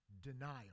denial